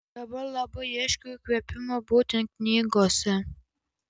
dabar labai ieškau įkvėpimo būtent knygose